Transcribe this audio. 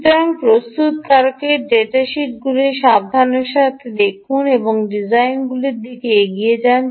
সুতরাং প্রস্তুতকারকের ডেটা শিটগুলি সাবধানতার সাথে দেখুন এবং ডিজাইনটি নিয়ে এগিয়ে যান